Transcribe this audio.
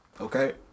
Okay